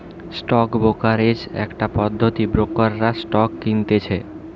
stock brokerage একটা পদ্ধতি ব্রোকাররা স্টক কিনতেছে